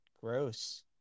gross